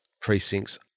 precincts